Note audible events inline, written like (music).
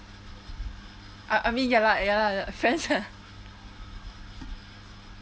I I mean ya lah ya lah friends lah (laughs)